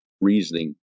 reasoning